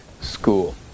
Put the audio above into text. school